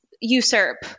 usurp